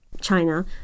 China